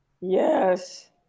Yes